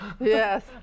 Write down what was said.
yes